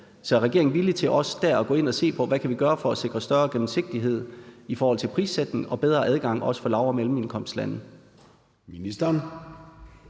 Så er regeringen villig til også dér at gå ind at se på, hvad vi kan gøre for at sikre større gennemsigtighed i forhold til prissætning og bedre adgang også for lav- og mellemindkomstlande? Kl.